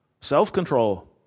self-control